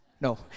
No